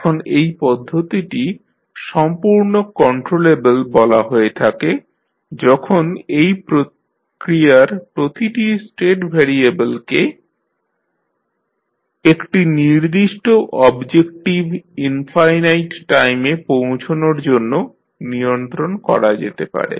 এখন এই পদ্ধতিটি সম্পূর্ণ কন্ট্রোলেবল বলা হয়ে থাকে যখন এই প্রক্রিয়ার প্রতিটি স্টেট ভ্যারিয়েবলকে একটি নির্দিষ্ট অবজেক্টিভ ইনফাইনাইট টাইমে পৌঁছনোর জন্য নিয়ন্ত্রণ করা যেতে পারে